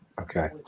Okay